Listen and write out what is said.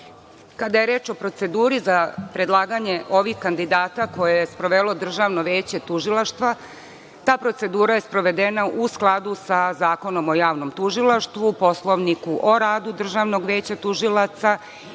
je reč o proceduri za predlaganje ovih kandidata koje je sprovelo Državno veće tužilaštva. Ta procedura je sprovedena u skladu sa Zakonom o javnom tužilaštvo, Poslovniku o radu Državnog veća tužilaca i